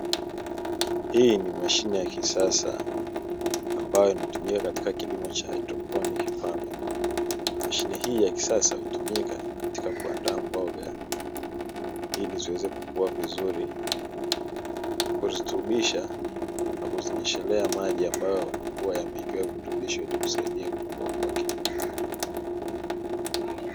Hii ni mashine ya kisasa ambayo inatumika katika kilimo cha haidroponiki famingi ,mashine hii ya kisasa hutumika katika kuandaa mboga ili ziweze kukua vizuri kuzirutubisha na kuzinyeshelea maji ambayo huwa yamewekewa virutubisho lili kusaidia kukua kwake.